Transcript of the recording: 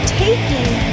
Taking